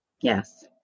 Yes